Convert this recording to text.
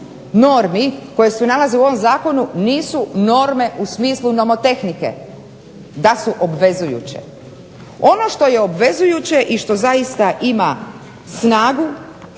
normi koje se nalaze u ovom Zakonu nisu norme u smislu nomotehnike da su obvezujuće. Ono što je obvezujuće i što zaista ima snagu